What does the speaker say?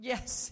Yes